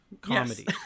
comedy